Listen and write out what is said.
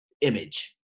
image